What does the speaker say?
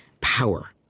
power